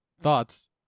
thoughts